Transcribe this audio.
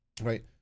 right